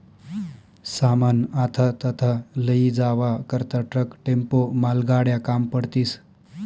सामान आथा तथा लयी जावा करता ट्रक, टेम्पो, मालगाड्या काम पडतीस